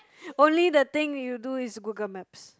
only the thing you do is Google Maps